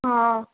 हँ